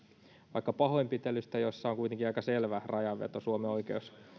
vaikka pahoinpitelystä jossa on kuitenkin aika selvä rajanveto suomen